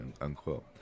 unquote